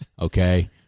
Okay